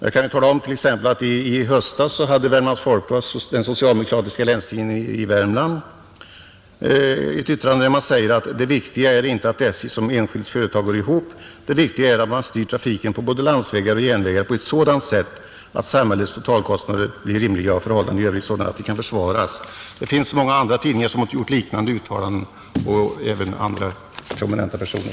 Jag kan t.ex. tala om att i höstas hade Värmlands Folkblad — den socialdemokratiska länstidningen i Värmland — en artikel där det heter: ”Det viktiga är inte om SJ som enskilt företag går ihop, det viktiga är att man styr trafiken på både landsvägar och järnvägar på ett sådant sätt att samhällets totalkostnader blir rimliga och förhållandena i övrigt sådana att de kan försvaras.” Det finns många andra tidningar och även prominenta personer som har gjort liknande uttalanden,